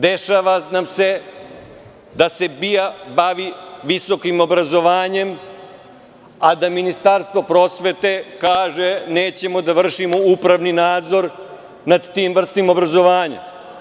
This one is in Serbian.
Dešava nam se da se BIA bavi visokim obrazovanjem, a da Ministarstvo prosvete kaže, nećemo da vršimo upravni nadzor nad tom vrstom obrazovanja.